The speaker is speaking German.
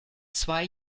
zwei